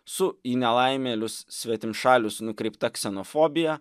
su į nelaimėlius svetimšalius nukreipta ksenofobija